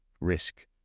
risk